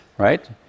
Right